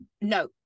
No